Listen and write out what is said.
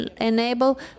enable